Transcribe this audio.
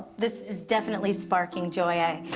this is definitely sparking joy.